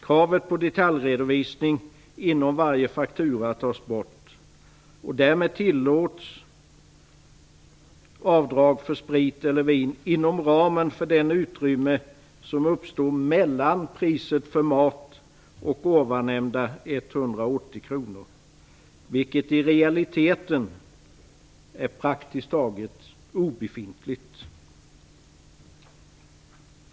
Kravet på detaljredovisning inom varje faktura förs bort, och därmed tillåts avdrag för sprit eller vin inom ramen för det utrymme som uppstår mellan priset för mat och tidigare nämnda 180 kr, vilket i realiteten är praktiskt taget obefintligt.